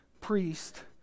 priest